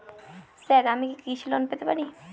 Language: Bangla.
স্যার আমি কি কৃষি লোন পেতে পারি?